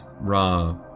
Ra